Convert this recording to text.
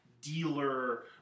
dealer